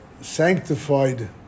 sanctified